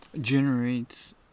generates